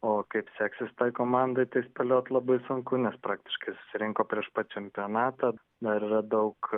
o kaip seksis tai komandai tai spėliot labai sunku nes praktiškai susirinko prieš pat čempionatą dar yra daug